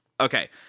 Okay